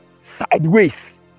sideways